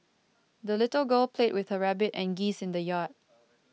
the little girl played with her rabbit and geese in the yard